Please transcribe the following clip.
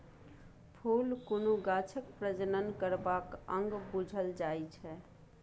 फुल कुनु गाछक प्रजनन करबाक अंग बुझल जाइ छै